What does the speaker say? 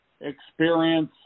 experience